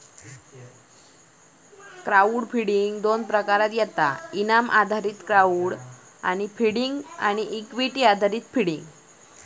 crowd funding दोन प्रकारात येता इनाम आधारित क्राउड फंडिंग आणि इक्विटी आधारित फंडिंग